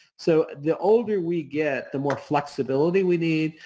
so the older we get, the more flexibility we need.